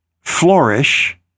flourish